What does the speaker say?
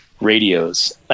radios